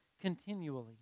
continually